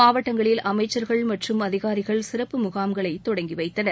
மாவட்டங்களில் அமைச்சர்கள் மற்றும் அதிகாரிகள் சிறப்பு முகாம்களை தொடங்கி வைத்தனர்